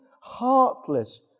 heartless